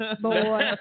boy